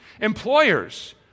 Employers